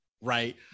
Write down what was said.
right